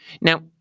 Now